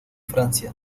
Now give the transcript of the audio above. francia